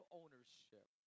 ownership